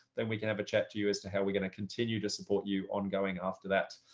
then we can have a chat to you as to how we're going to continue to support you ongoing after that.